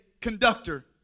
conductor